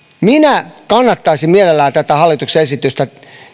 minä kannattaisin mielelläni tätä hallituksen esitystä